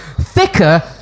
thicker